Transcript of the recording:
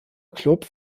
club